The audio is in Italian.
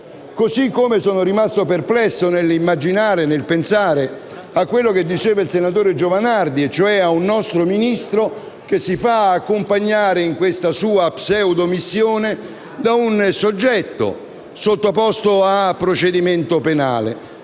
Così come sono rimasto perplesso nell'immaginare e nel pensare a quello che diceva il senatore Giovanardi e cioè ad un nostro Ministro che si fa accompagnare in questa sua pseudomissione da un soggetto sottoposto a procedimento penale.